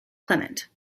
clement